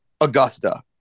Augusta